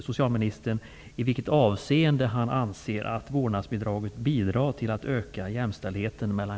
Socialministern har ju ansvaret för jämställdheten.